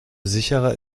sicherer